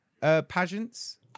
pageants